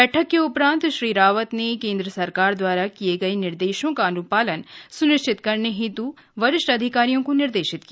बैठक के उपरान्त श्री रावत ने केंद्र सरकार द्वारा दिये गये निर्देशों का अनुपालन सुनिश्चित करने के हेतु वरिष्ठ अधिकारियों को निर्देशित किया